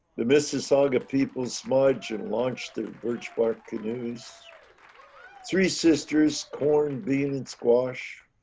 the mississauga people's smudge and launch their birch bark canoes three sisters corn, beans and squash.